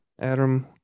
Adam